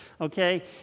okay